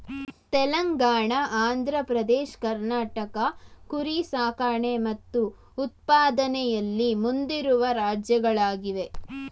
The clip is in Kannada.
ತೆಲಂಗಾಣ ಆಂಧ್ರ ಪ್ರದೇಶ್ ಕರ್ನಾಟಕ ಕುರಿ ಸಾಕಣೆ ಮತ್ತು ಉತ್ಪಾದನೆಯಲ್ಲಿ ಮುಂದಿರುವ ರಾಜ್ಯಗಳಾಗಿವೆ